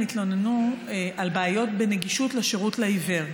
התלוננו על בעיות בנגישות לשירות לעיוור,